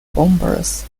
bombers